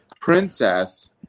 princess